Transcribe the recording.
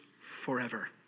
forever